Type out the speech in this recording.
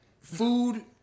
Food